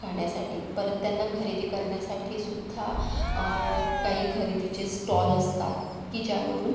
खाण्यासाठी परत त्यांना खरेदी करण्यासाठी सुद्धा काही खरेदीचे स्टॉल असतात की ज्यामधून